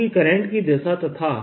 क्योंकि करंट की दिशा तथा